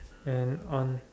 and on